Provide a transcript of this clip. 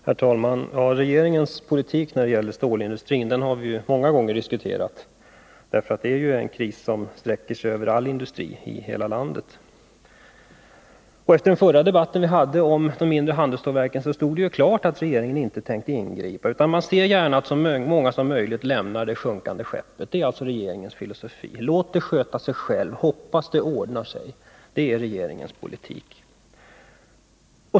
Herr talman! Regeringens politik när det gäller stålindustrin har vi många gånger diskuterat. Detta är nämligen en kris som sträcker sig över all industri i hela landet. Efter den förra debatten som vi hade om de mindre handelsstålverken stod det klart att regeringen inte tänkte ingripa. Man ser gärna att så många som möjligt lämnar det sjunkande skeppet. Det är alltså regeringens filosofi — låt det sköta sig självt, hoppas det ordnar sig!